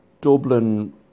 Dublin